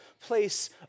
place